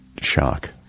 shock